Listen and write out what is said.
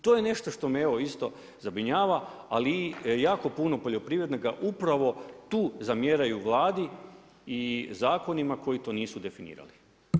To je nešto što me isto zabrinjava, ali jako puno poljoprivrednika upravo tu zamjeraju Vladi i zakonima koji to nisu definirali.